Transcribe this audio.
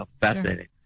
fascinating